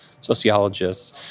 sociologists